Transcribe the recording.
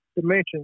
dimensions